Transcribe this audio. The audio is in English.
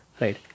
right